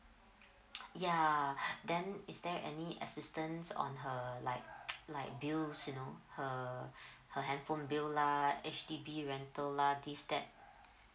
ya then is there any assistance on her like like bills you know her her handphone bill lah H_D_B rental lah this that